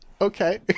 okay